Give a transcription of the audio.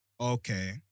Okay